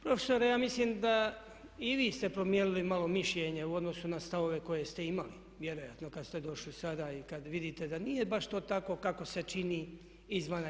Profesore ja mislim da i vi ste promijenili malo mišljenje u odnosu na stavove koje ste imali vjerojatno kad ste došli sada i kad vidite da nije baš to tako kako se čini izvana.